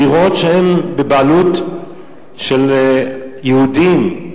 דירות שהן בבעלות של יהודים,